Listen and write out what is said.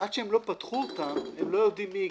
עד שהם לא פתחו אותן, הם לא יודעים מי הגיש.